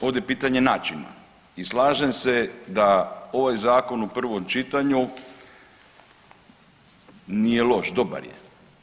Ovdje je pitanje načina i slažem se da ovaj zakon u prvom čitanju nije loš, dobar je.